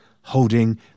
holding